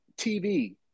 TV